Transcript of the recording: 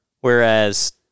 Whereas